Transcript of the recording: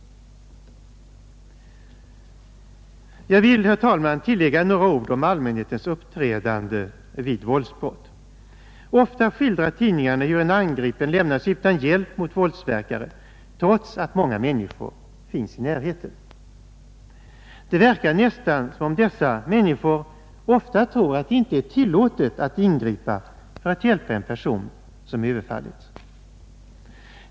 Jag vill, herr talman, tillägga några ord om allmänhetens uppträdande vid våldsbrott. Ofta skildrar tidningarna hur en angripen lämnas utan hjälp mot våldsverkare trots att många människor finns i närheten. Det verkar nästan som om dessa ofta tror att det inte är tillåtet att ingripa för att hjälpa en person som överfallits.